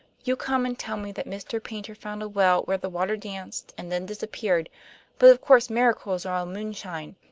you come and tell me that mr. paynter found a well where the water danced and then disappeared but of course miracles are all moonshine!